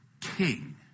king